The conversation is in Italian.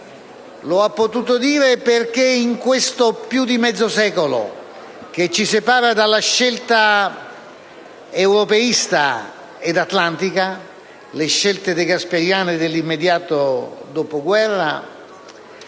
con la massima serenità perché nel più di mezzo secolo che ci separa dalla scelta europeista ed atlantica, le scelte degasperiane dell'immediato dopoguerra,